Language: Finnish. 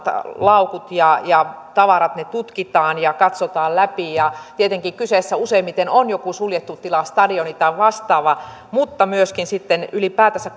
laukut ja ja tavarat tutkitaan ja katsotaan läpi tietenkin kyseessä useimmiten on joku suljettu tila stadioni tai vastaava mutta myöskin sitten ylipäätänsä